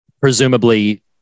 presumably